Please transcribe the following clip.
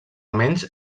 menys